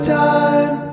time